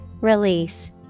Release